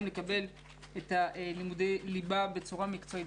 יקבלו את לימודי הליבה בצורה המקצועית,